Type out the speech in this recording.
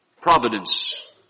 providence